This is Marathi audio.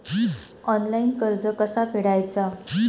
ऑनलाइन कर्ज कसा फेडायचा?